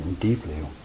deeply